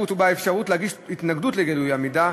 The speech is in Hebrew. ובאפשרות להגיש התנגדות לגילוי המידע.